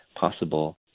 possible